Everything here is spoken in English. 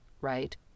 right